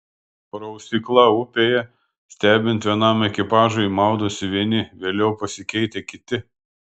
prausykla upėje stebint vienam ekipažui maudosi vieni vėliau pasikeitę kiti